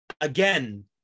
Again